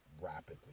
rapidly